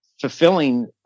fulfilling